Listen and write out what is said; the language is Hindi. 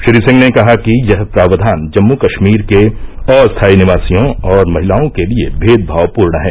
श्री सिंह ने कहा कि यह प्रावधान जम्मू कश्मीर के अस्थाई निवासियों और महिलाओं के लिए भेदभावपूर्ण है